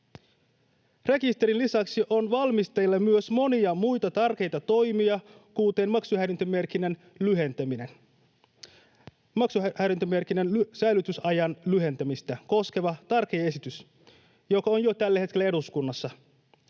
Rekisterin lisäksi on valmisteilla myös monia muita tärkeitä toimia, kuten maksuhäiriömerkinnän säilytysajan lyhentämistä koskeva tärkeä esitys, joka on jo tällä hetkellä eduskunnassa.